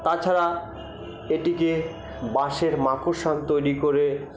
তাছাড়া এটিকে বাঁশের মাকশান তৈরি করে